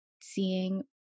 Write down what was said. seeing